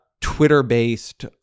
Twitter-based